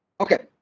okay